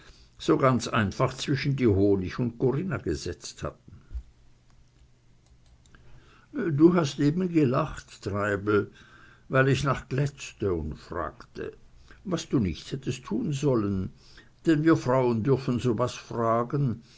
so ganz einfach zwischen die honig und corinna gesetzt hatten du hast eben gelacht treibel weil ich nach gladstone fragte was du nicht hättest tun sollen denn wir frauen dürfen so was fragen